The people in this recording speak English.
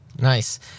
Nice